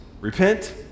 repent